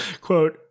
quote